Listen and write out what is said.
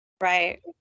Right